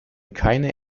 keine